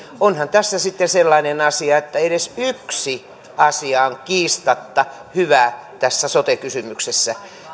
onhan tässä sitten sellainen asia että edes yksi asia on kiistatta hyvä tässä sote kysymyksessä